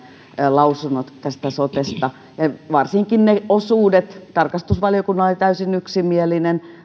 lausunnot sotesta varsinkin ne osuude tarkastusvaliokunnalla oli täysin yksimielinen